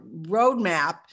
roadmap